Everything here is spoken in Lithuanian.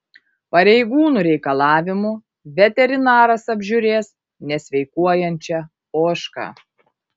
pareigūnų reikalavimu veterinaras apžiūrės nesveikuojančią ožką